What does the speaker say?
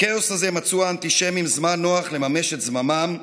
בכאוס הזה מצאו האנטישמים זמן נוח לממש את זממם,